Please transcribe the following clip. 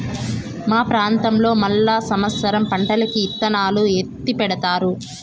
మా ప్రాంతంలో మళ్ళా సమత్సరం పంటకి ఇత్తనాలు ఎత్తిపెడతారు